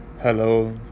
Hello